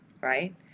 right